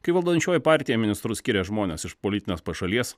kai valdančioji partija ministrus skiria žmones iš politinės pašalies